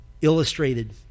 illustrated